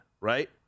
right